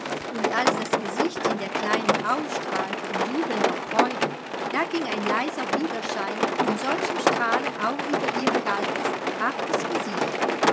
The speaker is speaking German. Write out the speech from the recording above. und als das gesichtchen der kleinen aufstrahlte in jubelnder freude da ging ein leiser widerschein von solchem strahlen auch über ihr kaltes hartes gesicht